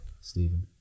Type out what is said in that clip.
Stephen